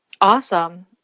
Awesome